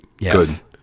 Yes